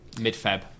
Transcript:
mid-Feb